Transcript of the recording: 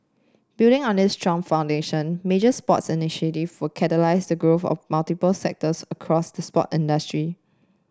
building on this strong foundation major sports initiative will catalyse the growth of multiple sectors across the sport industry